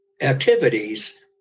activities